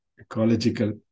ecological